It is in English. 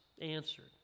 answered